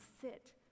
sit